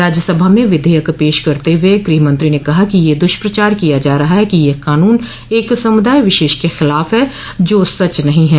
राज्यसभा में विधेयक पेश करते हुए गृहमंत्री ने कहा कि यह दुष्प्रचार किया जा रहा ह कि यह कानून एक समुदाय विशेष के खिलाफ है जो सच नहीं है